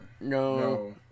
No